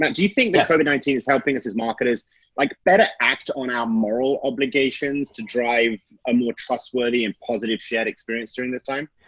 and do you think that covid nineteen is helping us as marketers like better act on our moral obligations to drive a more trustworthy and positive shared experience during this time?